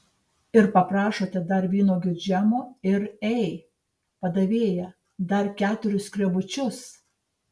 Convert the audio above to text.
ir paprašote dar vynuogių džemo ir ei padavėja dar keturis skrebučius